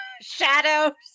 shadows